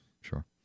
sure